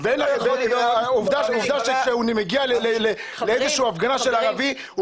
עובדה שכשהוא מגיע לאיזושהי הפגנה של ערבים,